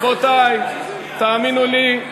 לא,